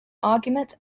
argument